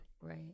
Right